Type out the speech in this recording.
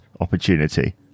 opportunity